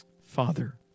Father